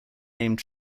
named